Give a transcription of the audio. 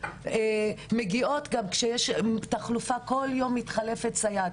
אנחנו מגיעות גם כשיש תחלופה וכל יום מתחלפת סייעת.